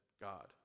God